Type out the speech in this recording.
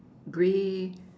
grey